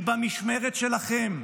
כי היא עלולה לחקור את האמת.